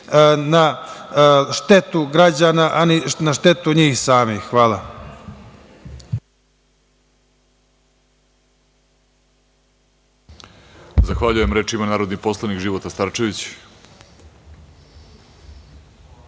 na štetu građana, a ni na štetu njih samih. Hvala.